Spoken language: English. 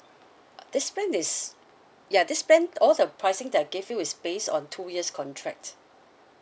this plan is ya this plan all the pricing that I gave you is based on two years contract